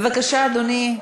בבקשה, אדוני.